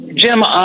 Jim